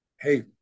hey